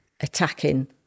attacking